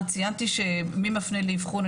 ציינתי שמי מפנה לאבחון,